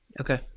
Okay